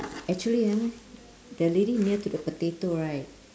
actually uh the lady near to the potato right